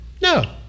No